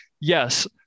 yes